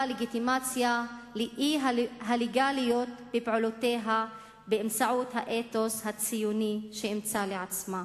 לגיטימציה לאי-הלגליות בפעולותיה באמצעות האתוס הציוני שאימצה לעצמה.